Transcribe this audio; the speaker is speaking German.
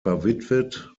verwitwet